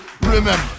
remember